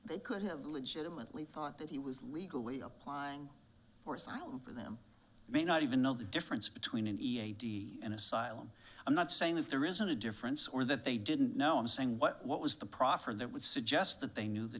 it could have legitimately thought that he was legally applying for asylum for them may not even know the difference between an e t a t and asylum i'm not saying that there isn't a difference or that they didn't know him saying what what was the proffer that would suggest that they knew the